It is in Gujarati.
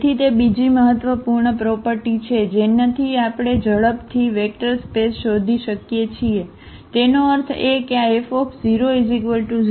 તેથી તે બીજી મહત્વપૂર્ણ પ્રોપર્ટી છે જેનાથી આપણે ઝડપથી વેક્ટર સ્પેસ શોધી શકીએ છીએ તેનો અર્થ એ કે આ F00